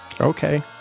Okay